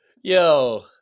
Yo